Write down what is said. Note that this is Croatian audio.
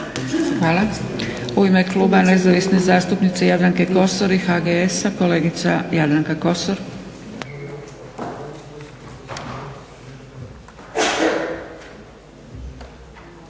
Hvala. U ime kluba Nezavisne zastupnice Jadranke Kosor i HGS-a, kolegica Jadranka Kosor.